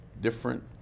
different